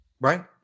Right